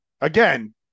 Again